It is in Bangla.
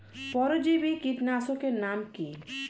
পরজীবী কীটনাশকের নাম কি?